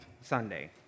Sunday